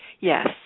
Yes